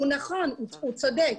הוא נכון והוא צודק.